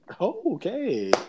Okay